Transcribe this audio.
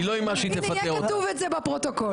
הינה, יהיה כתוב את זה בפרוטוקול.